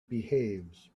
behaves